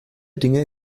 dinge